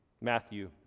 matthew